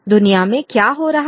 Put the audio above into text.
दुनिया में क्या हो रहा है